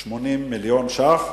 ל-180 מיליון שקלים,